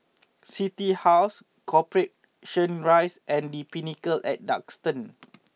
City House Corporation Rise and The Pinnacle at Duxton